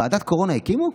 ועדת קורונה הקימו?